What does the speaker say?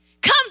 come